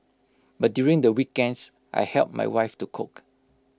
but during the weekends I help my wife to cook